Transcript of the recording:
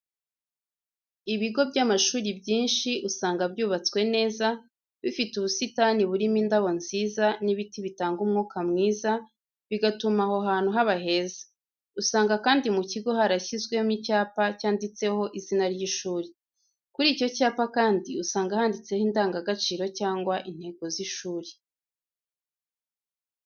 Ibigo by’amashuri byinshi, usanga byubatswe neza, bifite ubusitani burimo indabo nziza n'ibiti bitanga umwuka mwiza, bigatuma aho hantu haba heza. Usanga kandi mu kigo harashyizwemo icyapa cyanditseho izina ry'ishuri. Kuri icyo cyapa kandi usanga handitseho indangagaciro cyangwa intego z'ishuri,